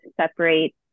separate